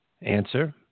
answer